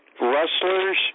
Wrestlers